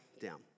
down